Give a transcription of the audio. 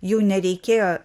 jau nereikėjo